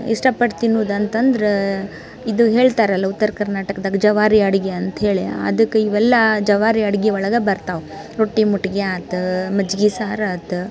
ಇಷ್ಟ ಪಟ್ಟು ತಿನ್ನೋದಂತಂದ್ರೆ ಇದು ಹೇಳ್ತಾರಲ್ಲ ಉತ್ತರ ಕರ್ನಾಟಕದಾಗ ಜವಾರಿ ಅಡುಗೆ ಅಂತ್ಹೇಳಿ ಅದಕ್ಕೆ ಇವೆಲ್ಲಾ ಜವಾರಿ ಅಡುಗೆ ಒಳಗೆ ಬರ್ತಾವ ರೊಟ್ಟಿ ಮುಟ್ಗಿ ಆಯ್ತ್ ಮಜ್ಗೆ ಸಾರು ಆಯ್ತ್